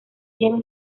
diego